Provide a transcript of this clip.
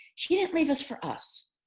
she didn't leave us for us.